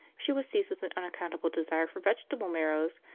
she was seized with an unaccountable desire for vegetable marrows,